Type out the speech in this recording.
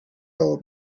old